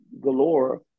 galore